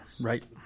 Right